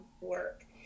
work